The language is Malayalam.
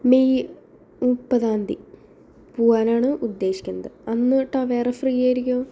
മെയ് മുപ്പതാം തീയതി പൂവാനാണ് ഉദ്ദേശിക്കുന്നത് അന്ന് തൊട്ട് ടവേര ഫ്രീ ആയിരിക്കുമോ